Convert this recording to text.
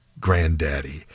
granddaddy